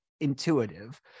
intuitive